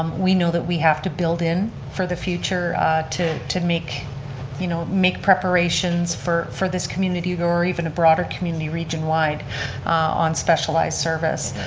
um we know that we have to build in for the future to to make you know make preparations for for this community or even a broader community region wide on specialized service.